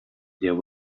there